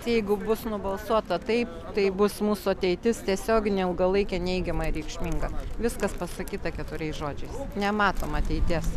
jeigu bus nubalsuota taip tai bus mūsų ateitis tiesioginė ilgalaikė neigiamai reikšminga viskas pasakyta keturiais žodžiais nematom ateities